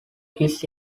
his